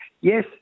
Yes